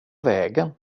vägen